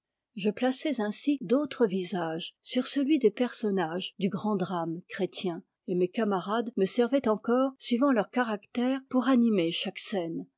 je plaçais ainsi d'autres visages sur celui des personnages du grand drame chrétien et mes camarades me servaient encore suivant leur caractère pour animer chaque scène